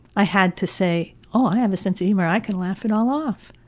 i had to say, oh, i have a sense of humor. i can laugh it all off.